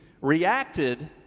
reacted